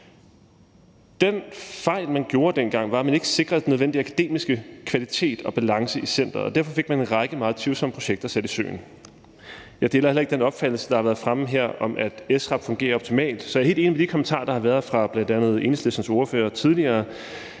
Den fejl, man gjorde dengang, var, at man ikke sikrede den nødvendige akademiske kvalitet og balance i centeret, og derfor fik man en række meget tvivlsomme projekter sat i søen. Jeg deler heller ikke den opfattelse, der har været fremme her, om, at SRAB fungerer optimalt, så jeg er helt enig i de kommentarer, der har været fra bl.a. Enhedslistens ordfører tidligere,